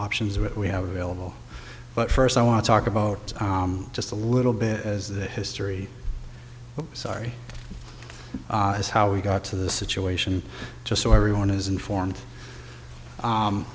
options we have available first i want to talk about just a little bit as the history sorry is how we got to the situation just so everyone is informed